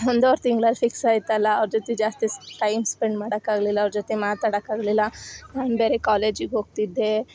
ಒಂದುವರೆ ತಿಂಗ್ಳಲ್ಲಿ ಫಿಕ್ಸ್ ಆಯ್ತಲ್ಲ ಅವ್ರ ಜೊತೆ ಜಾಸ್ತಿ ಟೈಮ್ ಸ್ಪೆಂಡ್ ಮಾಡೋಕಾಗ್ಲಿಲ್ಲ ಅವ್ರ ಜೊತೆ ಮಾತಾಡೋಕಾಗ್ಲಿಲ್ಲ ನಾನು ಬೇರೆ ಕಾಲೇಜಿಗೆ ಹೋಗ್ತಿದ್ದೆ